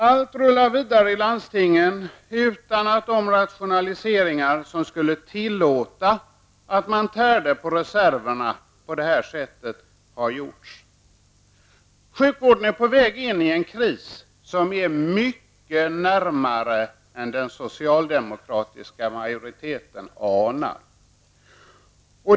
Allt rullar vidare i landstingen utan att de rationaliseringar som skulle tillåta att man tärde på reserverna på det här sättet har gjorts. Sjukvården är på väg in i en kris som är mycket närmare än vad den socialdemokratiska majoriteten anar.